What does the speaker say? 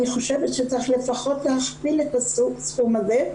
אני חושבת שצריך להכפיל את הסכום הזה לפחות,